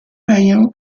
payen